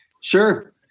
Sure